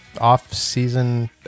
off-season